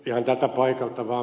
ihan täältä paikalta vaan